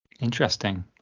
Interesting